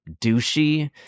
douchey